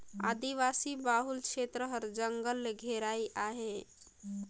आदिवासी बहुल छेत्र हर जंगल ले घेराइस अहे